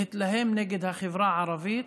להתלהם נגד החברה הערבית,